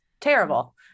terrible